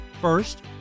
First